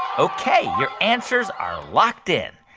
ok. your answers are locked in.